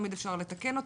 תמיד אפשר לתקן אותו,